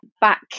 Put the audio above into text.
back